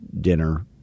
dinner